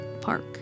park